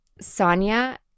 Sonia